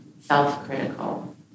Self-critical